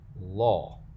law